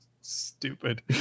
Stupid